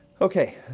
Okay